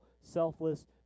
selfless